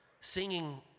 singing